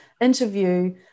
interview